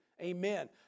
Amen